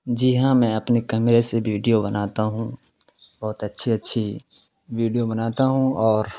جی ہاں میں اپنے کیمرے سے ویڈیو بناتا ہوں بہت اچھی اچھی ویڈیو بناتا ہوں اور